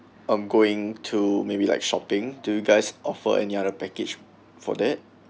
um going to maybe like shopping do you guys offer any other package for that